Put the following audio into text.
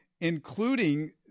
including